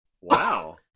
Wow